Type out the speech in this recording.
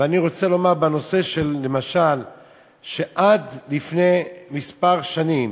ואני רוצה לומר בנושא הזה שלמשל עד לפני כמה שנים